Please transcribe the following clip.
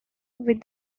with